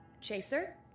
Chaser